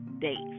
dates